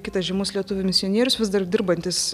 kitas žymus lietuvių misionierius vis dar dirbantis